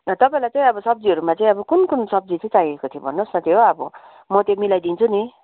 तपाईँलाई चाहिँ अब सब्जीहरूमा चाहिँ अब कुन कुन सब्जी चाहिँ चाहिएको थियो भन्नुहोस् न त्यो अब म त्यो मिलाइदिन्छु नि